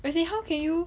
as in how can you